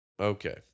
okay